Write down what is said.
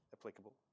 applicable